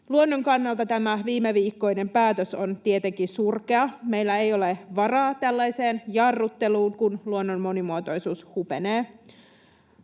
Luonnon kannalta tämä viimeviikkoinen päätös on tietenkin surkea. Meillä ei ole varaa tällaiseen jarrutteluun, kun luonnon monimuotoisuus hupenee.